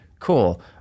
Cool